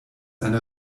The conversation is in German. eine